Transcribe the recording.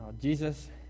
Jesus